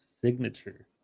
signature